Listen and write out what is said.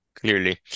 Clearly